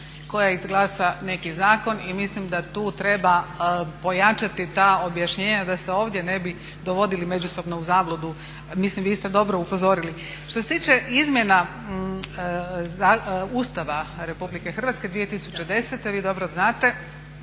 koja izglasa neki zakon i mislim da tu treba pojačati ta objašnjenja da se ovdje ne bi dovodili međusobno u zabludu, mislim vi ste dobro upozorili. Što se tiče izmjena Ustava Republike Hrvatske 2010. vi dobro znate